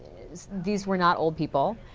these were not old people.